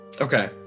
Okay